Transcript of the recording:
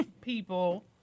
people